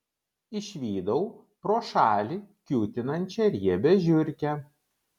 išvydau pro šalį kiūtinančią riebią žiurkę